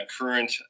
current